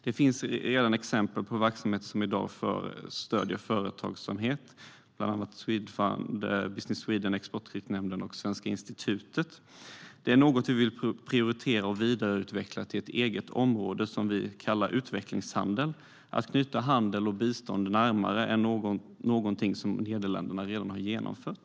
Det finns redan i dag exempel på verksamheter som stöder företagsamhet, bland andra Swedfund, Business Sweden, Exportkreditnämnden och Svenska institutet. Detta är något vi vill prioritera och vidareutveckla till ett eget område som vi kallar utvecklingshandel. Att knyta handel och bistånd närmare varandra är någonting som Nederländerna redan har genomfört.